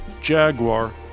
Jaguar